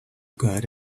got